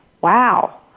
wow